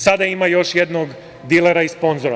Sada ima još jednog dilera i sponzora.